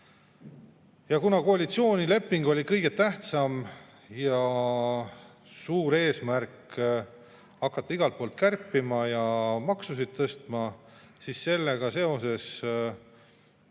Kuna koalitsioonileping oli kõige tähtsam ja suur eesmärk oli hakata igalt poolt kärpima ja maksusid tõstma, siis sellega seoses eemalduti